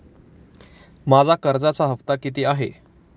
माझा कर्जाचा हफ्ता किती आहे?